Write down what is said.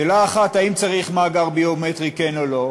שאלה אחת: האם צריך מאגר ביומטרי, כן או לא,